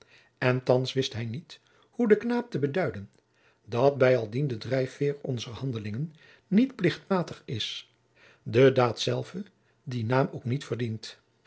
en thands wist hij niet hoe den knaap te beduiden dat bijaldien de drijfveer onzer handelingen niet plichtmatig is de daad zelve dien naam ook niet verdient